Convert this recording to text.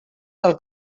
del